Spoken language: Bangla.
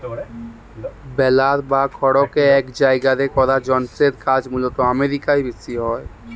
বেলার বা খড়কে এক জায়গারে করার যন্ত্রের কাজ মূলতঃ আমেরিকায় বেশি হয়